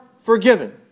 forgiven